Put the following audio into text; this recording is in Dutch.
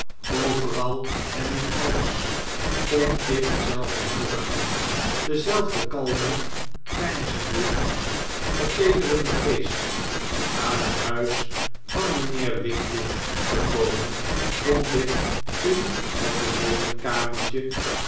overal en in alles vond ik dezelfde helderheid denzelfden kalmen peinzenden verteederenderi geest aan het huis van mijnheer wickfield gekomen vond ik in het